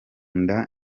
nda